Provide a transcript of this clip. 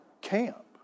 camp